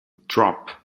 drop